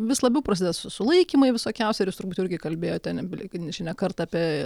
vis labiau prasideda su sulaikymai visokiausi ir jūs turbūt irgi kalbėjote nežinia ne kartą apie